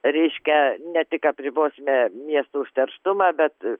reiškia ne tik apribosime miestų užterštumą bet